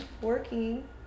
working